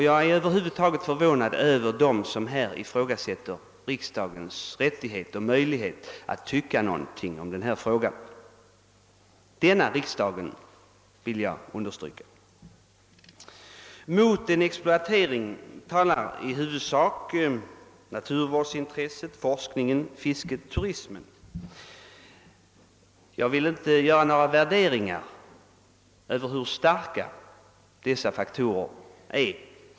Jag är över huvud taget förvånad över att man här kan ifrågasätta denna riksdags rättighet och möjlighet att tycka någonting i frågan. Mot en exploatering talar i huvudsak naturvårdsintresset, forskningen, fisket och turismen. Jag vill inte göra någon värdering av hur starka dessa faktorer är.